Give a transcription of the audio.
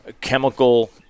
chemical